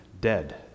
dead